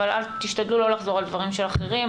אבל תשתדלו לא לחזור על דברים של אחרים.